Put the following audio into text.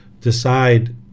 decide